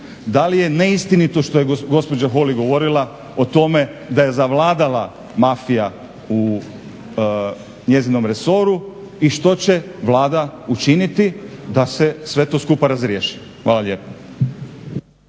da li je neistinito što je gospođa Holy govorila o tome da je zavladala mafija u njezinom resoru i što će Vlada učiniti da se sve to skupa razriješi. Hvala lijepo.